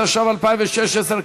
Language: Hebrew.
התשע"ו 2016,